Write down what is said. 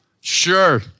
Sure